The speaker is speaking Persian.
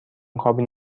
کابین